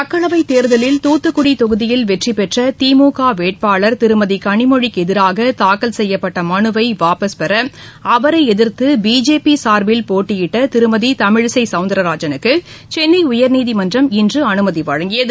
மக்களவைத் தேர்தலில் தூத்துக்குடி தொகுதியில் வெற்றிபெற்ற திமுக வேட்பாளர் திருமதி கனிமொழிக்கு எதிராக தாக்கல் செய்யப்பட்ட மனுவை வாபஸ்பெற அவரை எதிர்த்து பிஜேபி சார்பில் போட்டியிட்ட திருமதி தமிழிசை சௌந்தர்ராஜனுக்கு சென்னை உயர்நீதிமன்றம் இன்று அனுமதி வழங்கியது